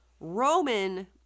Roman